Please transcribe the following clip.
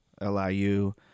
LIU